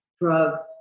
drugs